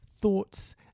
thoughts